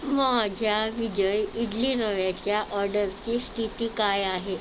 माझ्या विजय इडली रव्याच्या ऑर्डरची स्थिती काय आहे